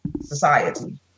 society